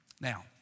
Now